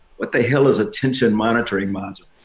what the hell is a tension monitoring module.